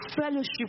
fellowship